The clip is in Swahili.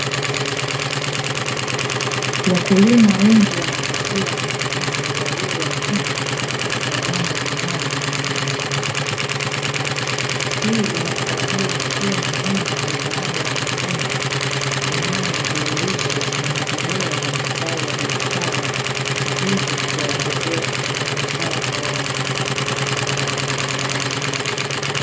Wakulima wengi wanapakia mananasi walioyavuna katika vyombo maalumu shambani, hii inaangazia hatua muhimu ya baada ya mavuno inayodhihirisha usimamizi bora wa mazao ya biashara; na hivyo kuwaongezea kipato chao halali.